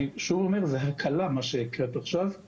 אני שוב אומר: מה שהקראת עכשיו זו הקלה.